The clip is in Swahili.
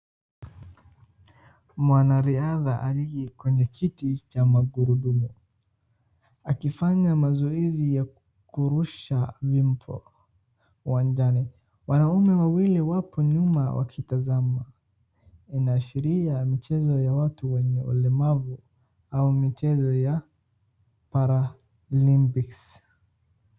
Mwanariadha aliye kwenye kiti cha magurudumu akifanya mazoezi ya kurusha vimbo uwanjani. Wanaume wawili wapo nyuma wakitazama. Inaashiria michezo ya watu wenye ulemavu au michezo ya Paralympics .